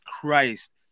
Christ